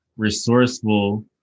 Resourceful